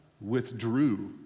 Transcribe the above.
withdrew